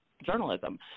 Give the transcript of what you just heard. Journalism